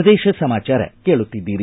ಪ್ರದೇಶ ಸಮಾಚಾರ ಕೇಳುತ್ತಿದ್ದೀರಿ